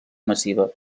massiva